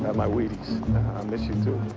my wheaties. i miss you, too.